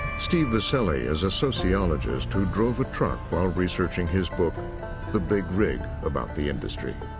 steve viscelli is a sociologist who drove a truck while researching his book the big rig about the industry.